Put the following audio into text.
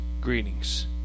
greetings